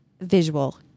visual